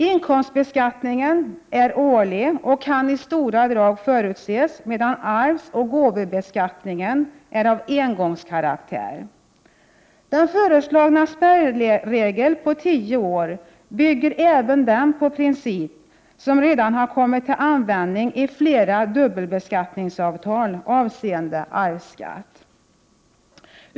Inkomstbeskattningen är årlig och kan i stora drag förutses, medan arvsoch gåvobeskattningen är av engångskaraktär. Den föreslagna spärregeln på tio år bygger även på den princip som redan har kommit till användning i flera dubbelbeskattningsavtal avseende arvsskatt.